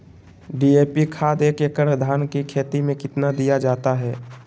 DAP खाद एक एकड़ धान की खेती में कितना दीया जाता है?